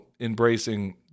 embracing